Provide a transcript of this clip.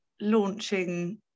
launching